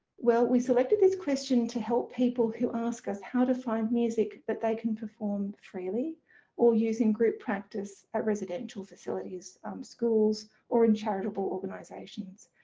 well, we selected this question to help people who ask us how to find music that they can perform freely or use in group practice at residential facilitiesm schools or in charitable organisations,